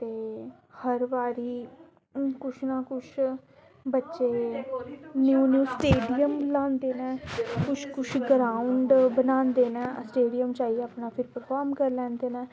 ते हर बारी हून कुछ ना कुछ बच्चे गी न्यू न्यू स्टेडियम लांदे न कुछ कुछ ग्राउंड बनांदे न स्टेडियम च आइयै अपना फिर परफार्म करी लैंदे न